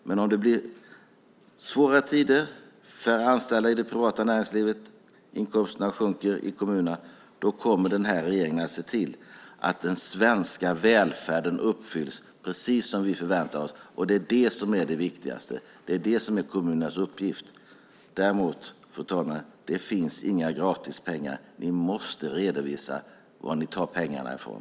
Blir det svåra tider för anställda i det privata näringslivet och inkomsterna i kommunerna sjunker kommer regeringen att se till att den svenska välfärden uppfylls precis som vi förväntar oss. Det är det viktigaste; det är kommunernas uppgift. Däremot, fru talman, finns det inga gratis pengar. Ni i oppositionen måste redovisa var ni tar pengarna från.